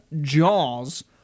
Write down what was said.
jaws